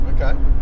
Okay